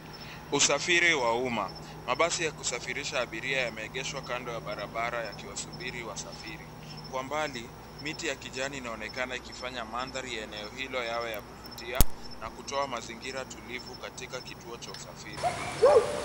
Usafiri wa umma. Mabasi ya kusafirisha abiria yameegeshwa kando ya barabara yakiwasubiri wasafiri. Kwa mbali miti ya kijani inaonekana ikifanya mandhari ya eneo hilo yawe ya kuvutia na kutoa mazingira tulivu katika kituo cha usafiri.